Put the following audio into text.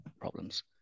problems